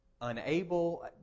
unable